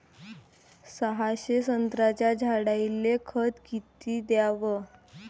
सहाशे संत्र्याच्या झाडायले खत किती घ्याव?